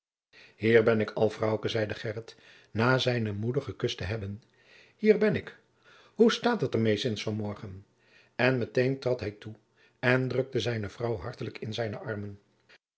hier ben ik al vrouwke zeide gheryt na zijne moeder gekust te hebben hier ben ik hoe staôt het er met sints van mergen en jacob van lennep de pleegzoon meteen trad hij toe en drukte zijne vrouw hartelijk in zijne armen